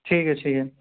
ٹھیک ہے ٹھیک ہے